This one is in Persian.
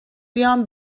بیام